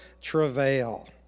travail